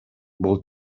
бул